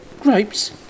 Grapes